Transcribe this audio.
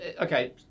okay